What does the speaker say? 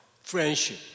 friendship